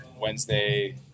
Wednesday